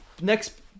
Next